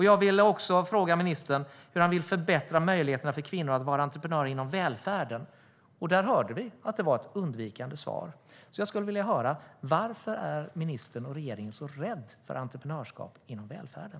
Jag vill också fråga ministern hur han tänker förbättra möjligheterna för kvinnor att vara entreprenörer inom välfärden. Där hörde vi ett undvikande svar. Så jag skulle vilja höra: Varför är ministern och regeringen så rädda för entreprenörskap inom välfärden?